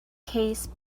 case